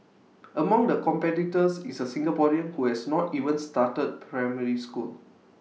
among the competitors is A Singaporean who has not even started primary school